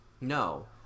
no